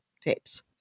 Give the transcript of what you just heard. tapes